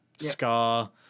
scar